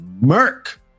murk